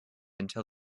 until